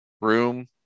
room